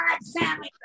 Sammy